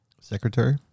Secretary